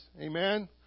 Amen